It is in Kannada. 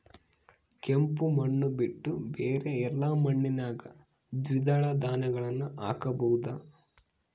ಕೆಂಪು ಮಣ್ಣು ಬಿಟ್ಟು ಬೇರೆ ಎಲ್ಲಾ ಮಣ್ಣಿನಾಗ ದ್ವಿದಳ ಧಾನ್ಯಗಳನ್ನ ಹಾಕಬಹುದಾ?